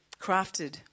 crafted